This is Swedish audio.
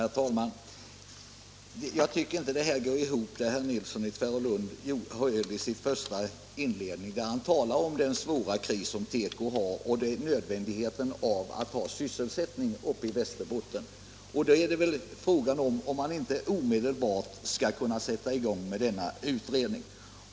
Herr talman! Jag tycker inte att det herr Nilsson i Tvärålund sade i sitt inledningsanförande går ihop när han talar om den svåra kris som teko har och nödvändigheten av att ha sysselsättning uppe i Västerbotten. Då är väl frågan om man inte omedelbart skall kunna sätta i gång denna utredning.